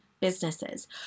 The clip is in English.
businesses